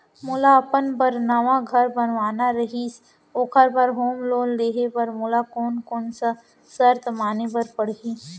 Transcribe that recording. मोला अपन बर नवा घर बनवाना रहिस ओखर बर होम लोन लेहे बर मोला कोन कोन सा शर्त माने बर पड़ही?